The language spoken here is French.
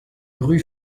rue